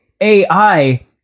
AI